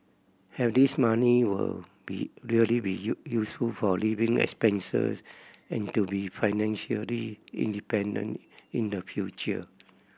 have this money will be really be useful for living expense and to be financially independent in the future